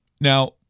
Now